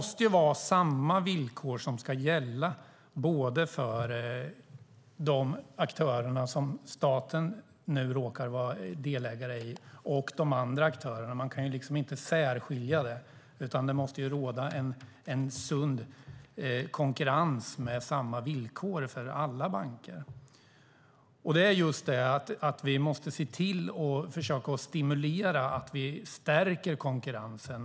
Samma villkor måste gälla både för de aktörer som staten råkar vara delägare i och för de andra aktörerna. Man kan inte särskilja dem, utan det måste råda en sund konkurrens med samma villkor för alla banker. Vi måste därför se till att stimulera och stärka konkurrensen.